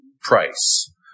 price